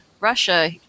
Russia